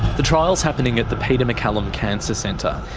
the trial's happening at the peter maccallum cancer centre.